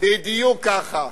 בדיוק ככה,